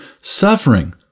suffering